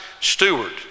steward